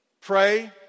pray